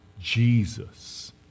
Jesus